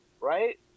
right